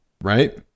Right